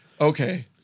Okay